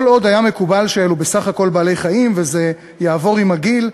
כל עוד היה מקובל שאלה בסך הכול בעלי-חיים וזה יעבור עם הגיל,